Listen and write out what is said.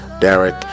Derek